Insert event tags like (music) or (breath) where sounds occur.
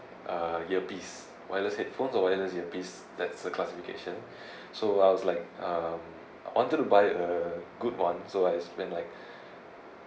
uh earpiece wireless headphones or wireless earpiece that's a classification (breath) so I was like um I wanted to buy a good one so I spend like (breath)